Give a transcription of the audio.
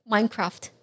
Minecraft